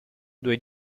due